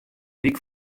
dyk